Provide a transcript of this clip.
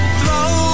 Throw